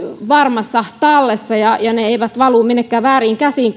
varmassa tallessa ja ja ne eivät valu minnekään vääriin käsiin